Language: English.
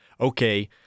okay